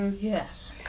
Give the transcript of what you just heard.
yes